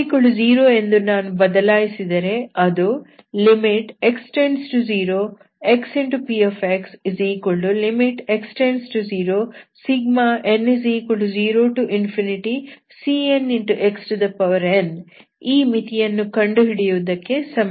x0 ಎಂದು ನಾನು ಬದಲಾಯಿಸಿದರೆ ಅದು x→0 xpxx→0n0cnxn ಈ ಮಿತಿ ಯನ್ನು ಕಂಡುಹಿಡಿಯುವುದಕ್ಕೆ ಸಮನಾಗಿದೆ